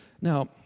Now